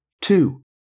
two